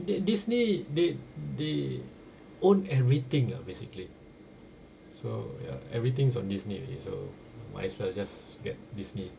Disney they they own everything ah basically so ya everything's on Disney already so might as well just get Disney